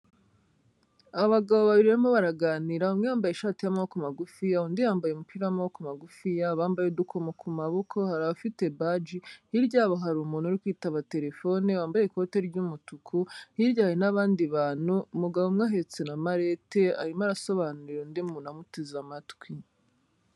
Abagabo babiri barimo baraganira umwe yambaye ishati y'amaboko magufi, undi yambaye umupira w'amaboko magufi, bambaye udukomo ku maboko hari abafite baji, hirya yabo hari umuntu uri kwitaba terefone wambaye ikoti ry'umutuku, hirya hari n'abandi bantu, umugabo umwe ahetse na marete arimo arasobanurira undi muntu amuteze amatwi.